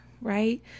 right